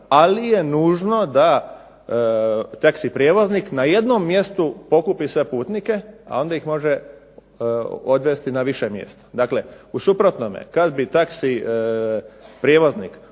ali je nužno da taxi prijevoznik na jednom mjestu pokupi sve putnike, a onda ih može odvesti na više mjesta. Dakle, u suprotnome kad bi taxi prijevoznik